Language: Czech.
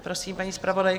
Prosím, paní zpravodajko.